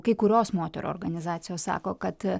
kai kurios moterų organizacijos sako kad